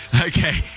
Okay